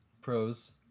Pros